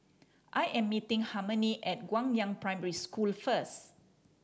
I am meeting Harmony at Guangyang Primary School first